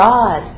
God